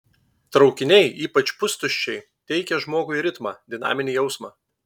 traukiniai ypač pustuščiai teikia žmogui ritmą dinaminį jausmą